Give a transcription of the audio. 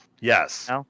Yes